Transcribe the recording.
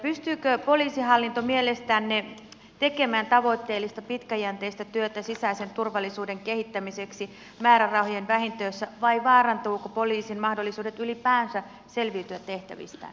pystyykö poliisihallinto mielestänne tekemään tavoitteellista pitkäjänteistä työtä sisäisen turvallisuuden kehittämiseksi määrärahojen vähentyessä vai vaarantuvatko poliisin mahdollisuudet ylipäänsä selviytyä tehtävistään